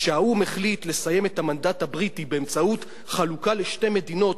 כשהאו"ם החליט לסיים את המנדט הבריטי באמצעות חלוקה לשתי מדינות,